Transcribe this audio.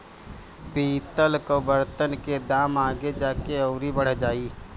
पितल कअ बर्तन के दाम आगे जाके अउरी बढ़ जाई